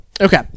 Okay